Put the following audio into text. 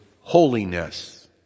holiness